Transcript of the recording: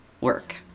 work